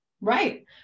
Right